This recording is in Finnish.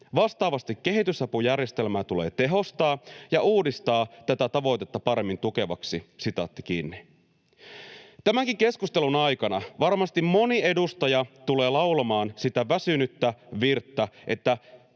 Vastaavasti kehitysapujärjestelmää tulee tehostaa ja uudistaa tätä tavoitetta paremmin tukevaksi.” Tämänkin keskustelun aikana varmasti moni edustaja tulee laulamaan sitä väsynyttä virttä,